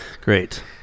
Great